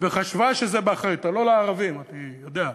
וחשבה שזה באחריותה, לא לערבים, אני יודע,